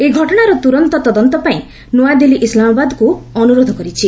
ଏହି ଘଟଣାର ତୁରନ୍ତ ତଦନ୍ତ ପାଇଁ ନୂଆଦିଲ୍ଲୀ ଇସ୍ଲାମବାଦକୁ ଅନୁରୋଧ କରିଛି